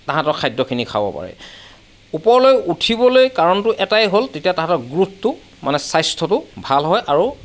তাহাঁতৰ খাদ্যখিনি খাব পাৰে ওপৰলৈ উঠিবলৈ কাৰণটো এটাই হ'ল তেতিয়া তাহাঁতৰ গ্ৰোথটো মানে স্বাস্থ্যটো ভাল হয় আৰু